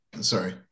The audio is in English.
sorry